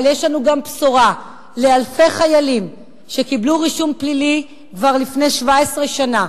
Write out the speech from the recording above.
אבל יש לנו גם בשורה לאלפי חיילים שקיבלו רישום פלילי כבר לפני 17 שנה.